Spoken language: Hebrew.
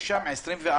יש שם 24%,